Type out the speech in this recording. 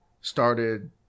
started